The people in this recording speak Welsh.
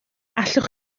allwch